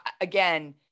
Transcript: again